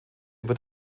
wird